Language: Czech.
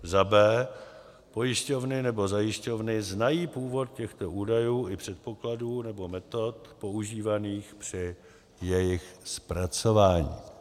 b) pojišťovny nebo zajišťovny znají původ těchto údajů i předpokladů nebo metod používaných při jejich zpracování;